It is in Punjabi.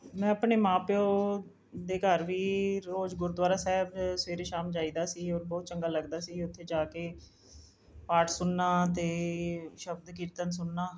ਮੈਂ ਆਪਣੇ ਮਾਂ ਪਿਓ ਦੇ ਘਰ ਵੀ ਰੋਜ਼ ਗੁਰਦੁਆਰਾ ਸਾਹਿਬ ਸਵੇਰੇ ਸ਼ਾਮ ਜਾਈ ਦਾ ਸੀ ਔਰ ਬਹੁਤ ਚੰਗਾ ਲੱਗਦਾ ਸੀ ਉੱਥੇ ਜਾ ਕੇ ਪਾਠ ਸੁਣਨਾ ਅਤੇ ਸ਼ਬਦ ਕੀਰਤਨ ਸੁਣਨਾ